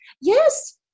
Yes